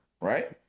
right